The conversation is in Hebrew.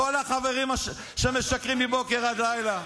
כל החברים שמשקרים מבוקר עד לילה.